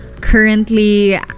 currently